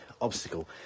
obstacle